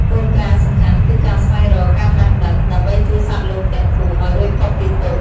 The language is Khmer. គោលការណ៍សំខាន់គឺការស្វែងរក ការត្រាស់ដឹង ដើម្បីជួយសត្វលោកទាំងពួងឱ្យរួចផុតពីទុក្ខ។